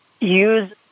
use